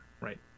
right